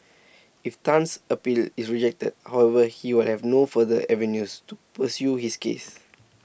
if Tan's appeal is rejected however he will have no further avenues to pursue his case